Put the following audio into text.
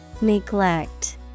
Neglect